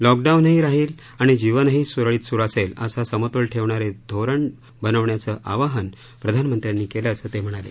लॉकडाऊनही राहील आणि जीवनही स्रळीत स्रु असेल असा समतोल ठेवणारे धोरण बनविण्याचे आवाहन प्रधानमंत्र्यांनी केल्याचे ते म्हणाले